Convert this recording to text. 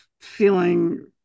feeling